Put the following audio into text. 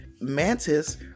Mantis